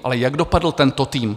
Ale jak dopadl tento tým?